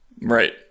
Right